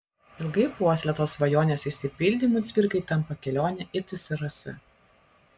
ilgai puoselėtos svajonės išsipildymu cvirkai tampa kelionė į tsrs